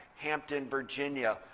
hampton, virginia,